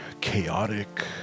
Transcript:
chaotic